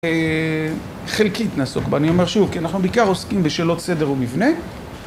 חלקית נעסוק בה, אני אומר שוב, כי אנחנו בעיקר עוסקים בשאלות סדר ומבנה